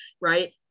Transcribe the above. Right